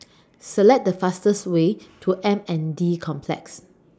Select The fastest Way to M N D Complex